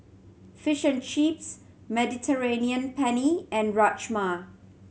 Fish and Chips Mediterranean Penne and Rajma